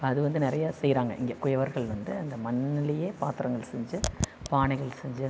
அது வந்து நிறையா செய்கிறாங்க இங்கே குயவர்கள் வந்து அந்த மண்ணுலயே பாத்திரங்கள் செஞ்சு பானைகள் செஞ்சு